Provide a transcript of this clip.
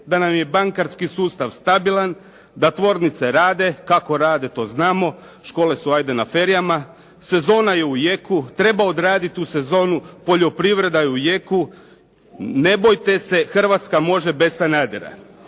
da nam je bankarski sustav stabilan, da tvornice rade, kako rade to znamo, škole su ajde na ferijama. Sezona je u jeku, treba odradit tu sezonu, poljoprivreda je u jeku. Ne bojte se, Hrvatska može bez Sanadera.